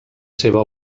seva